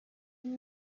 and